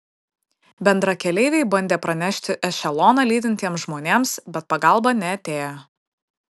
bendrakeleiviai bandė pranešti ešeloną lydintiems žmonėms bet pagalba neatėjo